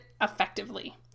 effectively